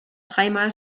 dreimal